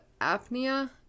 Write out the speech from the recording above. Apnea